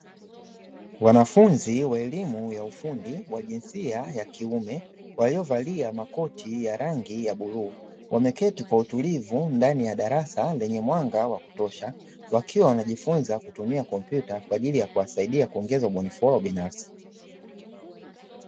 Wanafunzi wa elimu ya ufundi wa jinsia ya kiume waliovalia makoti ya rangi ya bluu, wameketi kwa utulivu ndani ya darasa lenye mwanga wa kutosha, wakiwa wanajifunza kutumia kompyuta kwa ajili ya kuwasaidia kuongeza ubunifu wao binafsi.